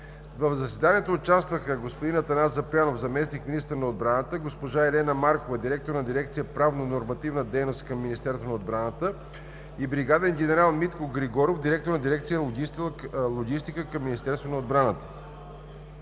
В заседанието участваха: господин Атанасов Запрянов – заместник-министър на отбраната, госпожа Елена Маркова – директор на дирекция „Правно-нормативна дейност“ към Министерството на отбраната, и бригаден генерал Митко Григоров – директор на дирекция „Логистика“ към Министерството на отбраната.